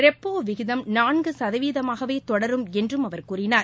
repo விகிதம் நான்கு சதவீதமாகவே தொடரும் என்றும் அவர் கூறினார்